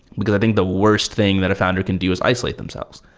because i think the worst thing that a founder can do is isolate themselves.